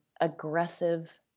aggressive